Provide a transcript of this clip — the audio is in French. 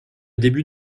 début